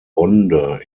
bonde